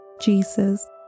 Jesus